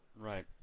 Right